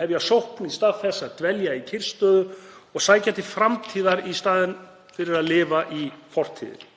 hefja sókn í stað þess að dvelja í kyrrstöðu og sækja til framtíðar í staðinn fyrir að lifa í fortíðinni.